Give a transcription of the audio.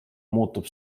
muutub